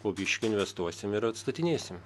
po biški investuosim ir atstatinėsim